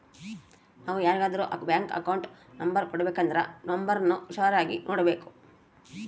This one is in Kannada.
ನಾವು ಯಾರಿಗಾದ್ರೂ ಬ್ಯಾಂಕ್ ಅಕೌಂಟ್ ನಂಬರ್ ಕೊಡಬೇಕಂದ್ರ ನೋಂಬರ್ನ ಹುಷಾರಾಗಿ ನೋಡ್ಬೇಕು